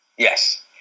Yes